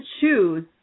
choose